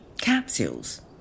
Capsules